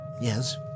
Yes